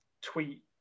tweet